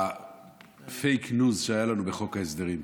את הפייק ניוז שהיה לנו בחוק ההסדרים.